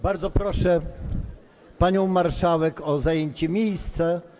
Bardzo proszę panią marszałek o zajęcie miejsca.